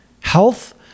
Health